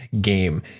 game